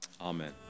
Amen